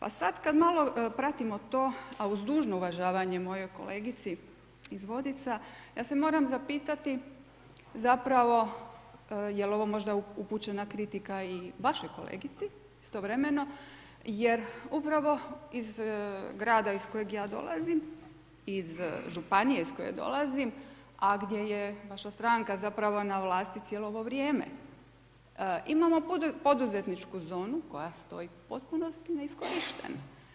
A sada kada malo pratimo to, a uz dužno uvažavanje mojoj kolegici iz Vodica, ja se moram zapitati jeli ovo možda upućena kritika i vašoj kolegici istovremeno jer upravo iz grada iz kojeg ja dolazim, iz županije iz koje dolazim, a gdje je vaša stranka na vlasti cijelo ovo vrijeme, imamo poduzetničku zonu koja stoji u potpunosti neiskorištena.